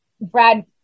Brad